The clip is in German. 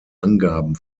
angaben